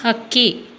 ಹಕ್ಕಿ